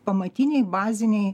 pamatiniai baziniai